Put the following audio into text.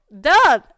Duh